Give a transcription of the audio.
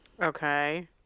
Okay